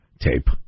tape